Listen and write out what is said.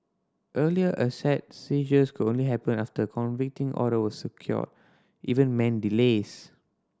earlier asset seizures could only happen after order was secured even meant delays